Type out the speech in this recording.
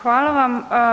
Hvala vam.